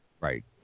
Right